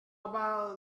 about